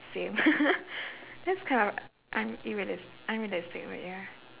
same that's kind of u~ un~ irreali~ unrealistic but ya